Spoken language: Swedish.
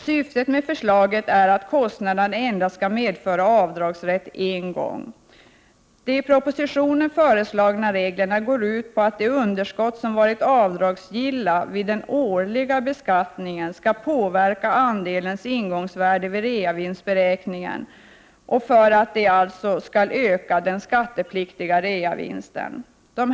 Syftet med förslage är att kostnaderna skall medföra avdragsrätt endast en gång. De i propositio. nen föreslagna reglerna går ut på att de underskott som varit avdragsgilla vid den årliga beskattningen skall påverka andelens ingångsvärde vid reavinstbe räkningen så att den skattepliktiga reavinsten ökar.